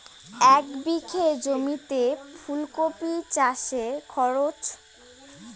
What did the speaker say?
এক বিঘে জমিতে ফুলকপি চাষে খরচ?